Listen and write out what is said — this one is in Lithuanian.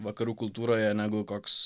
vakarų kultūroje negu koks